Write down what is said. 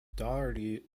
doherty